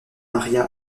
maria